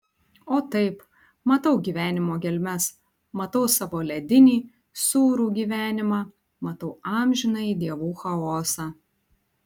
o taip matau gyvenimo gelmes matau savo ledinį sūrų gyvenimą matau amžinąjį dievų chaosą